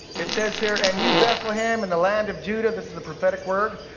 it says here, and you, bethlehem, in the land of judah, this is a prophetic word,